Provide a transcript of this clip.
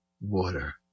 water